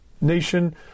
nation